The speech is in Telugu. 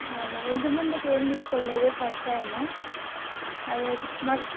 అవునా ఇంతకముందుకు ఏమి తీసుకోలేదు ఇదే ఫస్ట్ టైమ్ అదే మరి